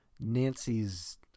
Nancy's